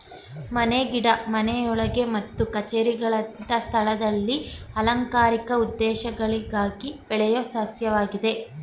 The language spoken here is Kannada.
ಮನೆ ಗಿಡ ಮನೆಯೊಳಗೆ ಮತ್ತು ಕಛೇರಿಗಳಂತ ಸ್ಥಳದಲ್ಲಿ ಅಲಂಕಾರಿಕ ಉದ್ದೇಶಗಳಿಗಾಗಿ ಬೆಳೆಯೋ ಸಸ್ಯವಾಗಿದೆ